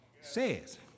says